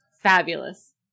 Fabulous